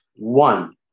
One